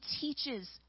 teaches